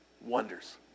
Wonders